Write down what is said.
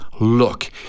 look